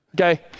okay